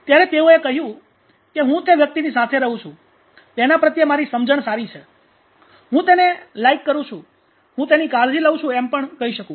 ત્યારે તેઓએ કહ્યું કે હું તે વ્યક્તિની સાથે રહું છું તેના પ્રત્યે મારી સમજણ સારી છે હું તેને ક્લિક લાઈક કરું છું હું તેની કાળજી લઉં છું એમ પણ કહી શકુ